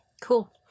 Cool